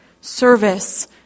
Service